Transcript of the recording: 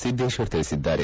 ಸಿದ್ದೇಶ್ವರ್ ತಿಳಿಸಿದ್ದಾರೆ